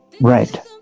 Right